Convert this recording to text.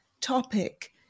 topic